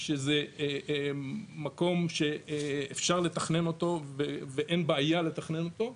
שזה מקום שאפשר לתכנן אותו ואין בעיה לתכנן אותו,